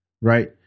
right